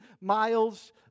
miles